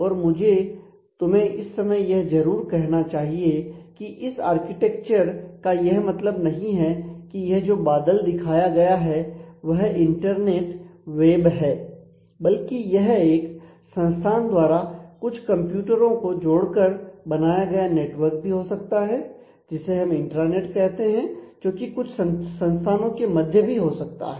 और मुझे तुम्हें इस समय यह जरूर कहना चाहिए कि इस आर्किटेक्चर कहते हैं जोकि कुछ संस्थानों के मध्य भी हो सकता है